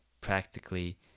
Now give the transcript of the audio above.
practically